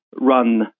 run